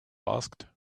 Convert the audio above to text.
asked